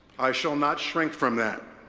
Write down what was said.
i shall not shrink from that.